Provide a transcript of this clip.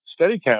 Steadicam